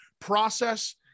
process